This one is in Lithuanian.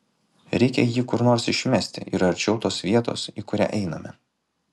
reikia jį kur nors išmesti ir arčiau tos vietos į kurią einame